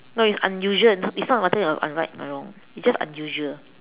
no it's unusual it's not whether you're right or wrong it's just unusual